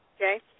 Okay